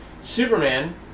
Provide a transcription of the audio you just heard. Superman